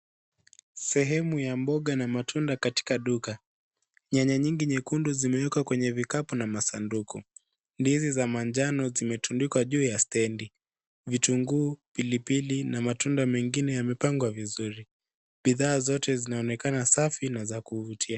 Sehemu ya mboga na matunda katika duka. Nyanya nyingi nyekundu zimewekwa kwenye vikapu na masanduku. Ndizi za manjano zimetundikwa juu ya stendi. Vitunguu, pilipili na matunda mengine yamepangwa vizuri. Bidhaa zote zinaonekana safi na za kuvutia.